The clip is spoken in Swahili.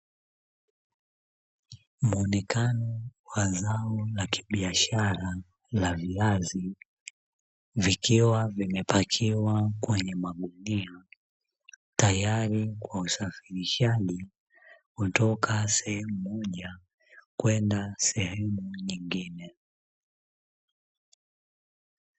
Muonekano wa zao la kibiashara la viazi vikiwa vimepakiwa kwenye magunia, tayari kwa usafirishaji kutoka sehemu moja kwenda sehemu nyingine.